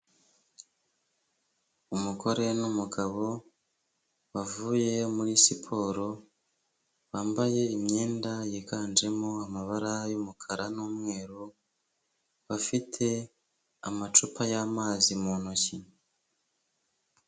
Umugore n'umugabo bavuye muri siporo bambaye imyenda yiganjemo amabara y'umukara n'umweru bafite amacupa y'amazi mu ntoki.